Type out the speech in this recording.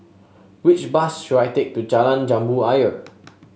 which bus should I take to Jalan Jambu Ayer